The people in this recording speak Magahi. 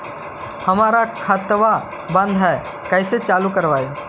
हमर खतवा बंद है कैसे चालु करवाई?